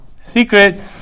secrets